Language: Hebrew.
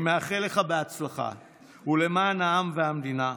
אני מאחל לך הצלחה ולמען העם והמדינה,